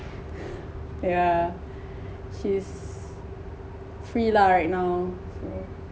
yeah she is free lah right now so